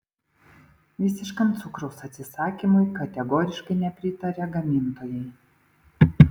visiškam cukraus atsisakymui kategoriškai nepritaria gamintojai